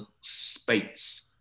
space